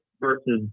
versus